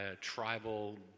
tribal